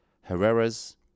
Herrera's